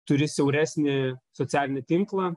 turi siauresnį socialinį tinklą